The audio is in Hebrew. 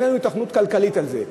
אין לנו היתכנות כלכלית על זה.